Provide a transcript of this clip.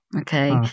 okay